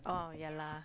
oh yeah lah